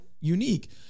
unique